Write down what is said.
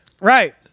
Right